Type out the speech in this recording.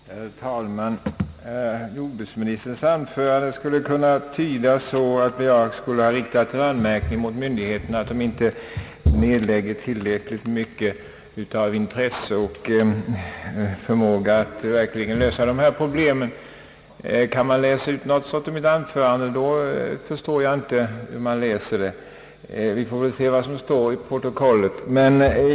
Herr talman! Jordbruksministerns anförande kan möjligen tydas så att jag skulle ha riktat en anmärkning mot myndigheterna för att de inte nedlägger tillräckligt mycket av intresse och förmåga på att verkligen lösa dessa problem. Kan man läsa ut något sådant ur mitt anförande, så förstår jag inte hur man läser det; vi får väl se vad som står i protokollet.